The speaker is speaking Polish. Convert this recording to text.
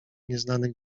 nieznanych